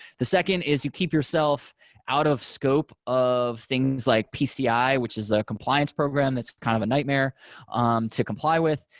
the second is you keep yourself out of scope of things like pci, which is a compliance program that's kind of a nightmare to comply with.